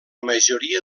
majoria